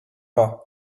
pas